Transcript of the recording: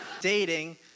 dating